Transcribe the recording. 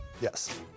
Yes